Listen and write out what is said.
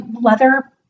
leather